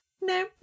no